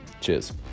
Cheers